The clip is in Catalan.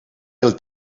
del